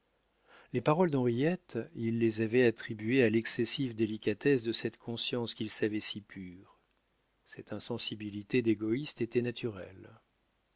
les paroles d'henriette il les avait attribuées à l'excessive délicatesse de cette conscience qu'il savait si pure cette insensibilité d'égoïste était naturelle